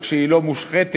רק שהיא לא מושחתת,